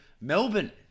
Melbourne